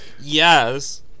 Yes